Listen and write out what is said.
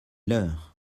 leurs